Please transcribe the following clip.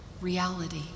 reality